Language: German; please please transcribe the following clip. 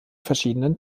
verschiedenen